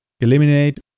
eliminate